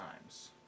times